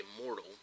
Immortal